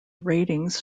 ratings